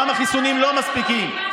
פעם החיסונים לא מספיקים,